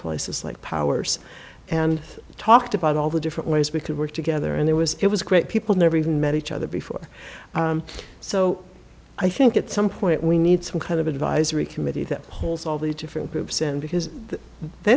places like powers and talked about all the different ways we could work together and there was it was great people never even met each other before so i think at some point we need some kind of advisory committee that holds all these different groups and because they